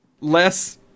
less